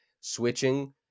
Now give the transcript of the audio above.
switching